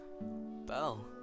bell